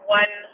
one